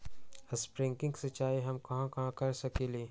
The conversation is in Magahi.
स्प्रिंकल सिंचाई हम कहाँ कहाँ कर सकली ह?